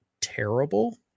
terrible